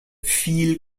viel